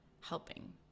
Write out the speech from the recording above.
helping